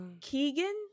Keegan